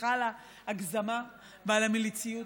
סליחה על ההגזמה ועל המליציות,